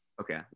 Okay